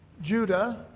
Judah